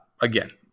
again